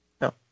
No